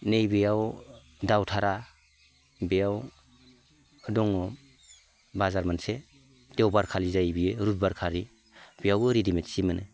नैबेयाव दाउधारा बेयाव दङ बाजार मोनसे देवबार खालि जायो बेयो रुबिबार खालि बेयावबो रेदिमेड सि मोनो